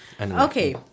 Okay